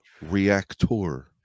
reactor